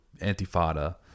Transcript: antifada